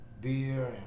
beer